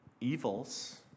evils